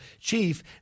chief